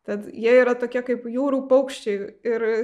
tad jie yra tokie kaip jūrų paukščiai ir